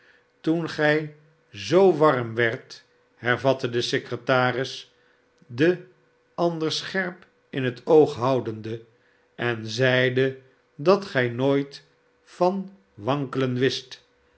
toen gij zoo warm werdt hervatte de secretaris den ander scherp in het oog houdende en zeidet dat gij nooit van wankelen wist